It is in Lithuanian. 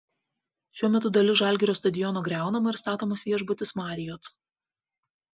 šiuo metu dalis žalgirio stadiono griaunama ir statomas viešbutis marriott